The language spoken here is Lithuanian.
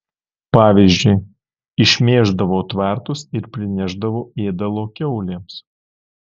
pavyzdžiui išmėždavau tvartus ir prinešdavau ėdalo kiaulėms